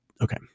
okay